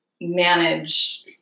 manage